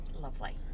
Lovely